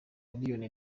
miliyoni